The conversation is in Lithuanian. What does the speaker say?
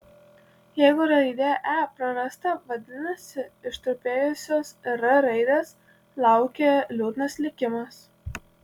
jeigu raidė e prarasta vadinasi ištrupėjusios r raidės laukia liūdnas likimas